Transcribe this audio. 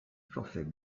forfaits